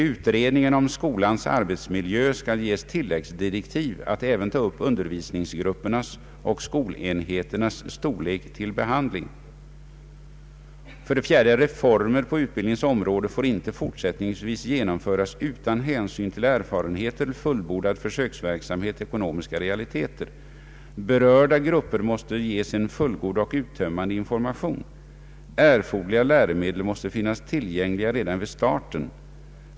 Utredningen om skolans arbetsmiljö skall ges tilläggsdirektiv att även ta upp undervisningsgruppernas och skolenheternas storlek till behandling. 4. Reformer på utbildningens område får icke fortsättningsvis genomföras utan hänsyn till erfarenheter, fullbordad försöksverksamhet, ekonomiska realiteter. Berörda grupper måste ges en fullgod och uttömmande information. Erforderliga läromedel måste finnas tillgängliga redan vid starten.